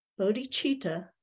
Bodhicitta